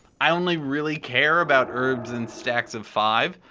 i only really care about herbs in stacks of five.